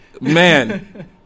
Man